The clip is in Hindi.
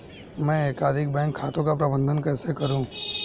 मैं एकाधिक बैंक खातों का प्रबंधन कैसे करूँ?